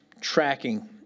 tracking